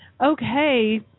Okay